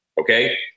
okay